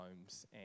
homes